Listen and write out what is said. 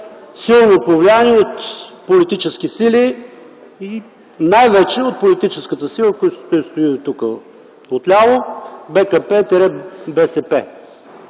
силно повлияни от политически сили и най-вече от политическата сила, която стои тук отляво – БСП-БКП,